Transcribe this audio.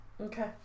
Okay